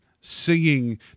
singing